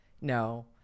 No